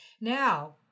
Now